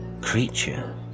creature